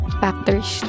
factors